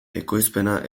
ekoizpena